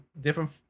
different